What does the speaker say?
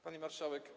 Pani Marszałek!